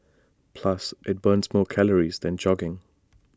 plus IT burns more calories than jogging